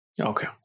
Okay